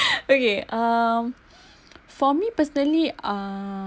okay um for me personally uh